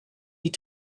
die